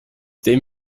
dem